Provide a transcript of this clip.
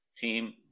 team